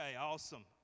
awesome